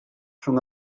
rhwng